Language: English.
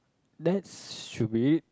that should be it